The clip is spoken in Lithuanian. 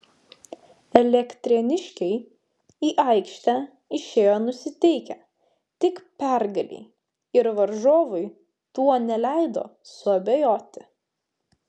elektrėniškiai į aikštę išėjo nusiteikę tik pergalei ir varžovui tuo neleido suabejoti